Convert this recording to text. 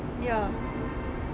ya